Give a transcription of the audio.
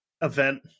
Event